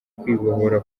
kwibohora